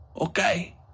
okay